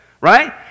right